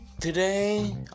Today